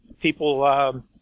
people